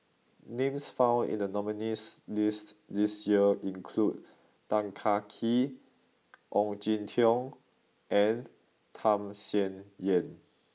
names found in the Nominees' list this year include Tan Kah Kee Ong Jin Teong and Tham Sien Yen